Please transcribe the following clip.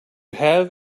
have